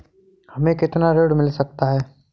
हमें कितना ऋण मिल सकता है?